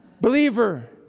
Believer